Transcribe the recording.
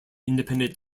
independent